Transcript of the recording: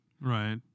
Right